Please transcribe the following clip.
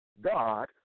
God